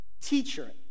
teacher